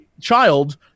child